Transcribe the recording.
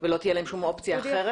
ולא תהיה להם כל אופציה אחרת?